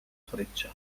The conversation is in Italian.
freccia